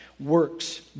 works